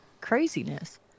craziness